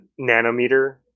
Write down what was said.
nanometer